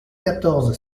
quatorze